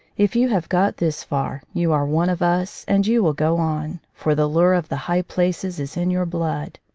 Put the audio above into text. if you have got this far, you are one of us, and you will go on. for the lure of the high places is in your blood.